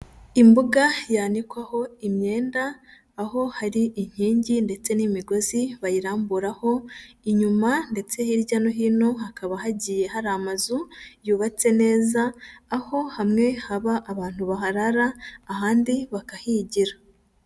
Imbuga yanikwaho imyenda, aho hari inkingi ndetse n'imigozi bayiramburaho, inyuma ndetse hirya no hino hakaba hagiye hari amazu yubatse neza, aho hamwe haba abantu baharara ahandi bakahigira.